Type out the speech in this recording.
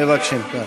בבקשה.